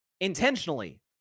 intentionally